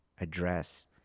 address